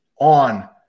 on